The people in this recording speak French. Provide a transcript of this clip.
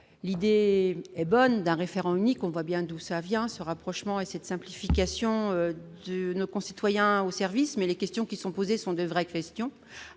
l'idée est bonne d'un référent unique, on va bien d'où ça vient, ce rapprochement et cette simplification de nos concitoyens au service, mais les questions qui sont posées sont des vrais Christian